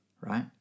right